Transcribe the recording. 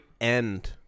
end